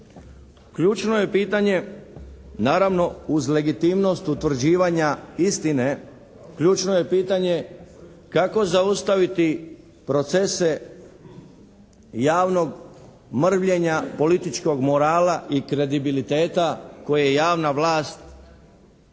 Ključno je pitanje naravno uz legitimnost utvrđivanja istine, ključno je pitanje kako zaustaviti procese javnog mrvljenja političkog morala i kredibiliteta koje javna vlast